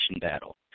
battle